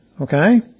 okay